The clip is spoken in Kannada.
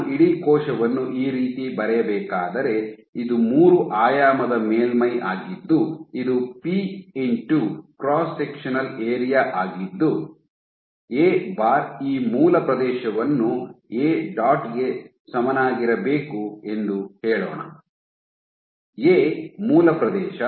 ನಾನು ಇಡೀ ಕೋಶವನ್ನು ಈ ರೀತಿ ಬರೆಯಬೇಕಾದರೆ ಇದು ಮೂರು ಆಯಾಮದ ಮೇಲ್ಮೈ ಆಗಿದ್ದು ಇದು P into E cross sectional area ಆಗಿದ್ದು ಎ ಬಾರ್ ಈ ಮೂಲ ಪ್ರದೇಶವನ್ನು ಎ ಡಾಟ್ ಗೆ ಸಮನಾಗಿರಬೇಕು ಎಂದು ಹೇಳೋಣ ಎ ಮೂಲ ಪ್ರದೇಶ